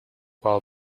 while